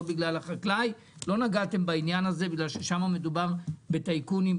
בגלל החקלאי לא נגעתם בעניין הזה בגלל שמדובר בטייקונים,